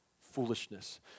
foolishness